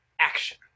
action